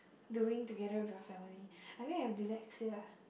doing together with your family I think I have dyslexia